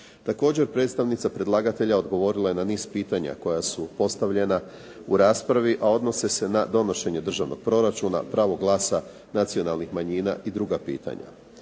Također predstavnica predlagatelja odgovorila je na niz pitanja koja su postavljena u raspravi, a odnose se na donošenje državnog proračuna, pravo glasa nacionalnih manjina i druga pitanja.